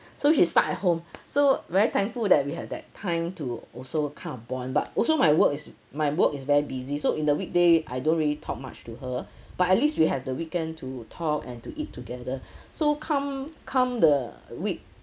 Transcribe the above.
so she stuck at home so very thankful that we have that time to also kind of bond but also my work is my work is very busy so in the weekday I don't really talk much to her but at least we have the weekend to talk and to eat together so come come the week